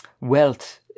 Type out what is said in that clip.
wealth